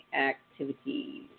activities